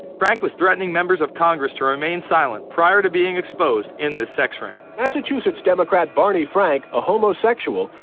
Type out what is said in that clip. frank was threatening members of congress to remain silent prior to being exposed in this sex ring. massachusetts democrat barney frank, a homosexual,